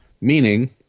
meaning